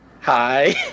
Hi